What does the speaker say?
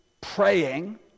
praying